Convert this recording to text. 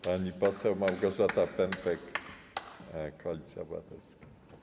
Pani poseł Małgorzata Pępek, Koalicja Obywatelska.